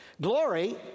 Glory